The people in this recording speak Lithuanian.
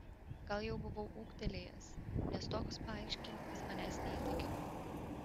gal jau buvau ūgtelėjęs nes toks paaiškinimas manęs neįtikino